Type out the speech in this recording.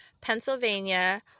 Pennsylvania